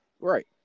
Right